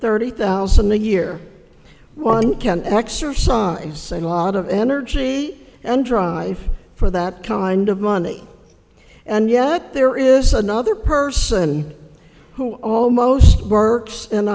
thirty thousand a year one can exercise a lot of energy and drive for that kind of money and yet there is another person who almost works